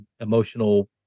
emotional